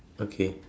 okay